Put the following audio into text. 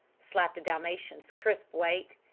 slapped the dalmatian's crisp weight.